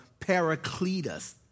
paracletus